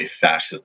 fascist